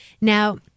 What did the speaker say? Now